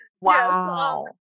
Wow